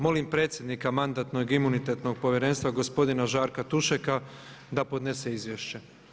Molio bih predsjednika Mandatno-imunitetnog povjerenstva gospodina Žarka Tušeka da podnese izvješće.